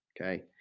okay